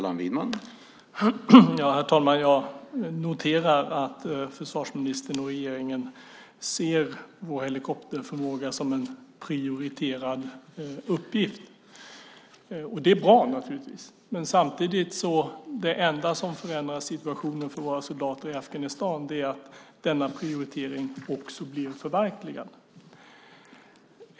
Herr talman! Jag noterar att försvarsministern och regeringen ser på helikopterförmåga som en prioriterad uppgift. Det är naturligtvis bra. Samtidigt är det enda som förändrar situationen för våra soldater i Afghanistan att denna prioritering också blir förverkligad.